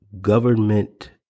government